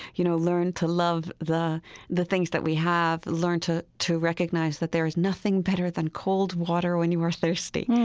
you know, learn to love the the things that we have. learn to to recognize that there is nothing better than cold water when you are thirsty,